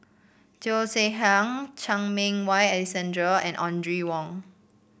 Cheo Chai Hiang Chan Meng Wah Alexander and Audrey Wong